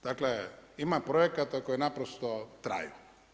Dakle ima projekata koji naprosto traju.